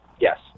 Yes